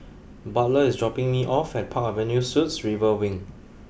Butler is dropping me off at Park Avenue Suites River Wing